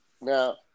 now